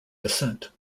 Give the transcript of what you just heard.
descent